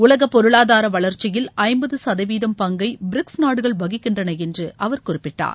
உலக பொருளாதார வளர்ச்சியில் ஐம்பது சதவீதம் பங்கை பிரிக்ஸ் நாடுகள் வகிக்கின்றன என்று அவர் கூறினார்